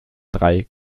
drei